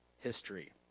history